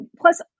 Plus